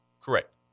Correct